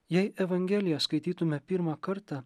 jei evangeliją skaitytume pirmą kartą